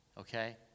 okay